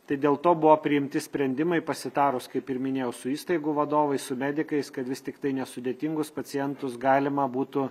tai dėl to buvo priimti sprendimai pasitarus kaip ir minėjau su įstaigų vadovais su medikais kad vis tiktai nesudėtingus pacientus galima būtų